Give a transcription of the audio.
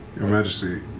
your majesty,